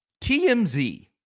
TMZ